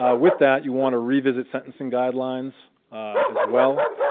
ah with that you want to revisit sentencing guidelines as well.